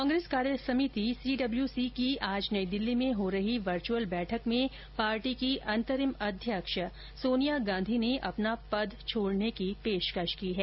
कांग्रेस कार्य समिति की आज नई दिल्ली में हो रही वर्चुअल बैठक में पार्टी की अंतरिम अध्यक्ष सोनिया गांधी ने अपना पद छोड़ने की पेशकश की है